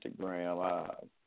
Instagram